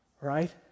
Right